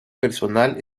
personal